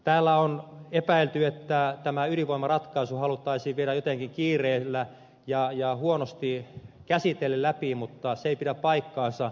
täällä on epäilty että tämä ydinvoimaratkaisu haluttaisiin viedä jotenkin kiireellä ja huonosti käsitellen läpi mutta se ei pidä paikkaansa